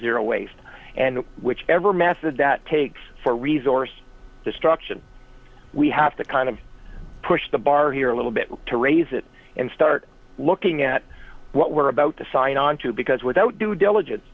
zero waste and whichever method that takes for resorts destruction we have to kind of push the bar here a little bit to raise it and start looking at what we're about to sign onto because without due diligence